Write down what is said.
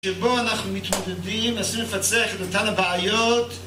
שבו אנחנו מתמודדים, מנסים לפצח את אותן הבעיות